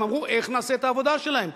הם אמרו: איך נעשה את העבודה שלנו?